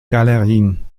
galerien